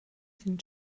sind